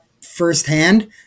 firsthand